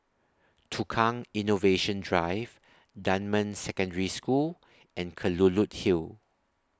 Tukang Innovation Drive Dunman Secondary School and Kelulut Hill